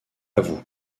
avoue